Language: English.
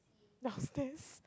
downstairs